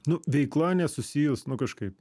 nu veikla nesusijus nu kažkaip